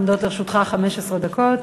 עומדות לרשותך 15 דקות.